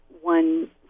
one